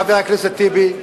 חבר הכנסת טיבי,